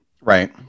right